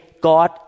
God